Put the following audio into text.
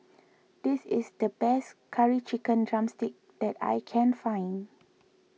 this is the best Curry Chicken Drumstick that I can find